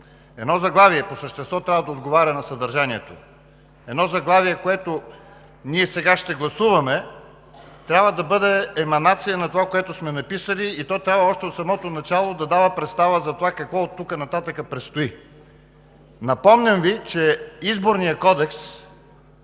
Едно заглавие по същество трябва да отговаря на съдържанието. Едно заглавие, което ние сега ще гласуваме, трябва да бъде еманация на това, което сме написали, и то трябва още от самото начало да дава представа за това какво предстои оттук нататък. Напомням Ви, че Изборният кодекс,